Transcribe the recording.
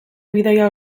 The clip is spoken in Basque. bidaia